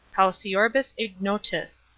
paucioribus ignotus,